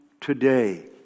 today